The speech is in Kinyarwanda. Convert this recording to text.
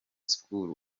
school